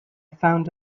found